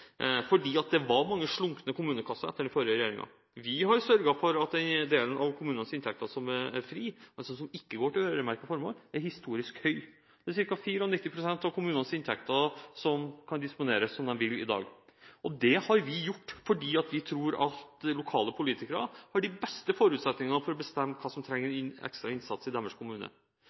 det var mange slunkne kommunekasser etter den forrige regjeringen. Vi har sørget for at den delen av kommunenes inntekter som er fri, altså som ikke går til øremerkede formål, er historisk stor, slik at ca. 94 pst. av kommunenes inntekter kan disponeres slik kommunene vil i dag. Det har vi gjort fordi vi tror at lokale politikere har de beste forutsetningene for å bestemme hva som trenger ekstra innsats i deres kommune.